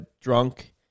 drunk